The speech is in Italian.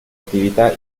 attività